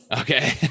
Okay